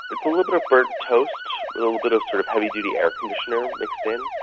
it's a little bit of burnt toast, a little bit of sort of heavy-duty air-conditioner mixed in,